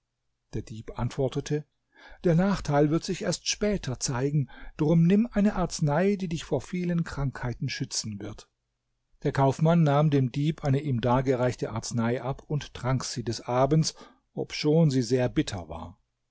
der dieb antwortete der nachteil wird sich erst später zeigen drum nimm eine arznei die dich vor vielen krankheiten schützen wird der kaufmann nahm dem dieb eine ihm dargereichte arznei ab und trank sie des abends obschon sie sehr bitter war